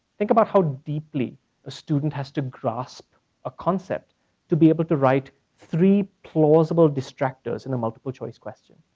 think about how deeply a student has to grasp a concept to be able to write three plausible distractors in a multiple choice question.